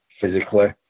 physically